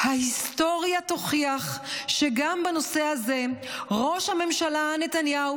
"ההיסטוריה תוכיח שגם בנושא הזה ראש הממשלה נתניהו